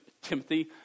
Timothy